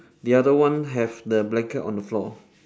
the other one have the blanket on the floor